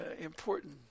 important